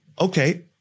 okay